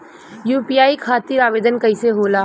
UPI खातिर आवेदन कैसे होला?